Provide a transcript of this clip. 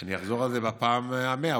אני אחזור על זה בפעם המאה,